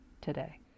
today